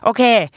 Okay